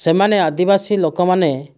ସେମାନେ ଆଦିବାସୀ ଲୋକମାନେ